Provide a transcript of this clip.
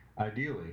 Ideally